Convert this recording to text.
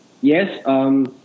Yes